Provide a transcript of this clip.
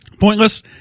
Pointless